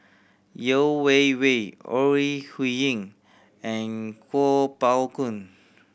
Yeo Wei Wei Ore Huiying and Kuo Pao Kun